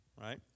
right